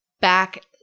back